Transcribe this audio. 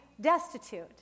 destitute